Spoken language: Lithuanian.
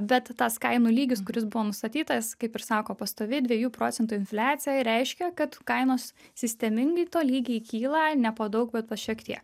bet tas kainų lygis kuris buvo nustatytas kaip ir sako pastovi dviejų procentų infliacija ir reiškia kad kainos sistemingai tolygiai kyla ne po daug bet po šiek tiek